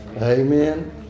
Amen